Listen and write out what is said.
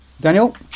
Daniel